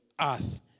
earth